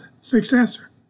successor